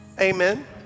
Amen